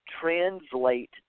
translate